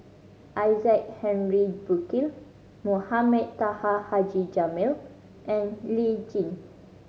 Isaac Henry Burkill Mohamed Taha Haji Jamil and Lee Tjin